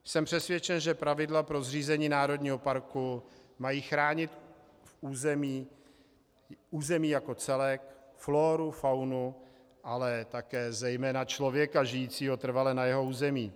Jsem přesvědčen, že pravidla pro zřízení národního parku mají chránit území jako celek floru, faunu, ale také zejména člověka žijícího trvale na jeho území.